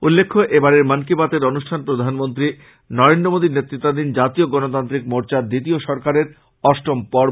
উল্লেখ্য এবারের মন কি বাতের অনুষ্ঠান প্রধানমন্ত্রী নরেন্দ্র মোদী নেতৃত্বাধীন জাতীয় গনতান্ত্রিক মোর্চা দ্বিতীয় সরকারের অষ্টম পর্ব